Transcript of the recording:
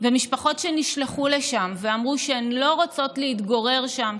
ומשפחות שנשלחו לשם ואמרו שהן לא רוצות להתגורר שם,